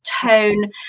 tone